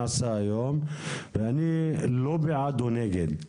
היום, ואני לא בעד או נגד.